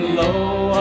low